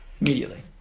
Immediately